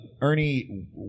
Ernie